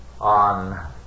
on